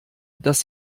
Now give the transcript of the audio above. dass